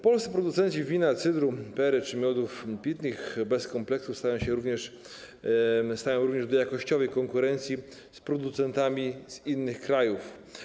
Polscy producenci wina, cydru, perry czy miodów pitnych bez kompleksów stają również do jakościowej konkurencji z producentami z innych krajów.